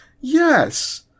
Yes